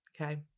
Okay